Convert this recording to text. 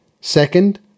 second